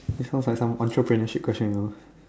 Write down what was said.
it sounds like some entrepreneur shit question you know